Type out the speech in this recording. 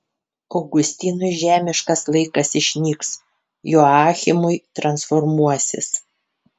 augustinui žemiškas laikas išnyks joachimui transformuosis